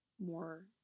more